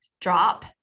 drop